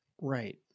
right